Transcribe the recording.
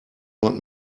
not